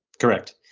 correct.